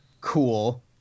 Cool